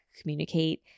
communicate